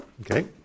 Okay